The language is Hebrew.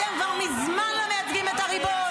אתם כבר מזמן לא מייצגים את הריבון.